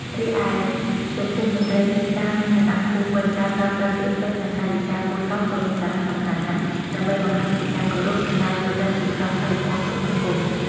រីឯចំពោះ មន្ត្រីរាជការមានឋានៈខ្ពស់ វិញ ការប្រើប្រាស់ពាក្យពេចន៍ និងកាយវិការគួរសម គឺមានសារៈសំខាន់ណាស់ ដើម្បីបង្ហាញពីការគោរព និងការយល់ដឹងពីក្រមសីលធម៌ក្នុងសង្គម។